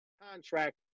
contract